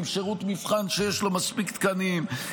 עם שירות מבחן שיש לו מספיק תקנים,